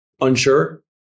Unsure